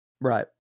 Right